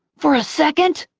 for a second,